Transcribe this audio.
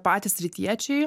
patys rytiečiai